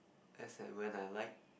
as and when I like